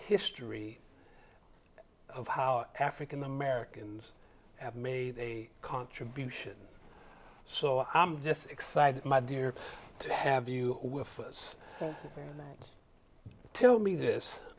history of how african americans have made a contribution so i'm just excited my dear to have you were first tell me this